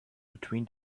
between